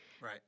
Right